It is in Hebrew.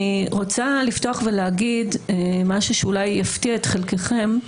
אני רוצה לפתוח ולהגיד משהו שאולי יפתיע את חלקכם.